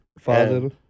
Father